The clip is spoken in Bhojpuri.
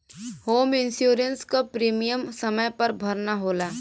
होम इंश्योरेंस क प्रीमियम समय पर भरना होला